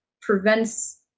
prevents